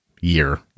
year